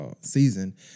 season